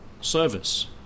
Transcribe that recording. service